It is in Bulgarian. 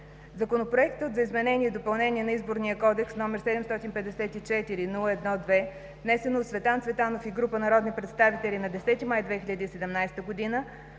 Законопроектът за изменение и допълнение на Изборния кодекс, № 754-01-2, внесен от Цветан Генчев Цветанов и група народни представители на 10 май 2017 г.,